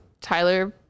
tyler